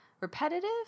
repetitive